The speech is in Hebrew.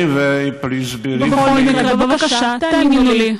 (מחיאות כפיים) בכל מקרה, בבקשה תאמינו לי,